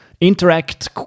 Interact